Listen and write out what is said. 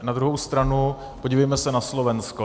Na druhou stranu podívejme se na Slovensko.